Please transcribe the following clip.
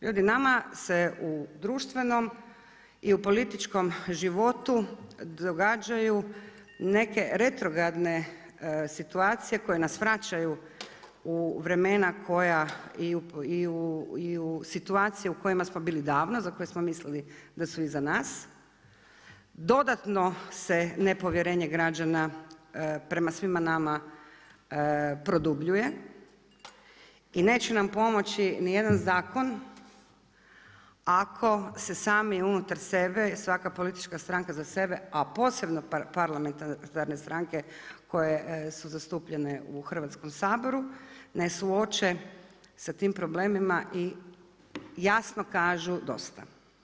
Ljudi nama se u društvenom i u političkom životu događaju neke retrogradne situacije koje nas vraćaju u vremena koja i u situacije u kojima smo bili davno za koje smo mislili da su iza nas, dodatno se nepovjerenje građana prema svima nama produbljuje i neće nam pomoći nijedan zakon ako se sami unutar sebe, svaka politička stranka za sebe, a posebno parlamentarne stranke koje su zastupljene u Hrvatskom saboru ne suoče sa tim problemima i jasno kažu dosta.